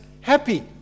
happy